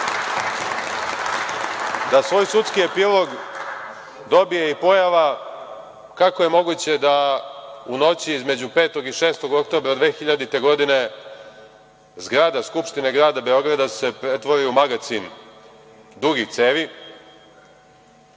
da svoj sudski epilog dobije i pojava kako je moguće da u noći između 5. i 6. oktobra 2000. godine zgrada Skupštine Grada Beograda se pretvori u magacin dugih cevi,